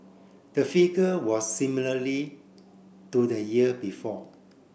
the figure was similarly to the year before